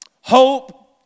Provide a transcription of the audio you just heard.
hope